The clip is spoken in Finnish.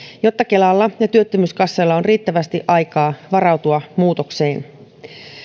jotta kelalla ja työttömyyskassoilla on riittävästi aikaa varautua muutokseen